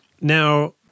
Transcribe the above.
Now